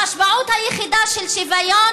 המשמעות היחידה של שוויון